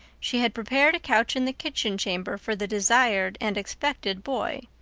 she had prepared a couch in the kitchen chamber for the desired and expected boy.